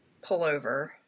Pullover